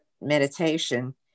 meditation